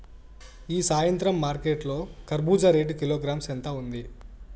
ఈ సాయంత్రం మార్కెట్ లో కర్బూజ రేటు కిలోగ్రామ్స్ ఎంత ఉంది?